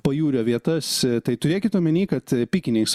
pajūrio vietas tai turėkit omeny kad pikiniais